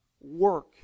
work